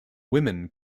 women